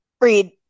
read